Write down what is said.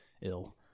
ill